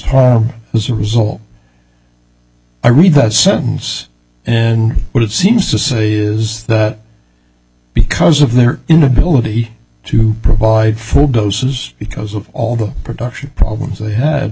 harm as a result i read that sentence and what it seems to say is that because of their inability to provide full doses because of all the production problems they had